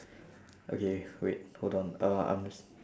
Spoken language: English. okay wait hold on uh I'm